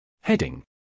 Heading